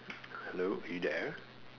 hello are you here